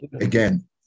Again